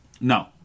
No